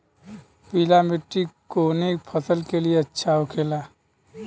पीला मिट्टी कोने फसल के लिए अच्छा होखे ला?